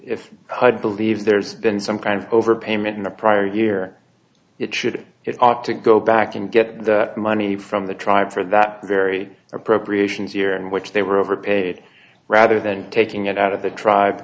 hud believe there's been some kind of overpayment in a prior year it should it ought to go back and get the money from the tribe for that very appropriations year in which they were overpaid rather than taking it out of the dri